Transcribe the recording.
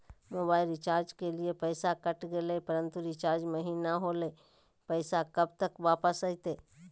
Mobile recharge के लिए पैसा कट गेलैय परंतु रिचार्ज महिना होलैय, पैसा कब तक वापस आयते?